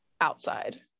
outside